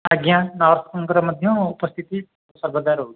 ଆଜ୍ଞା ନର୍ସମାନଙ୍କର ମଧ୍ୟ ଉପସ୍ଥିତି ସର୍ବଦା ରହୁଛି